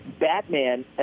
Batman